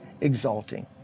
exalting